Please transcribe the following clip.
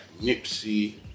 Nipsey